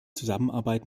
zusammenarbeit